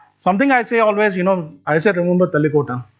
something i say always you know, i say remember talikota.